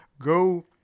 Go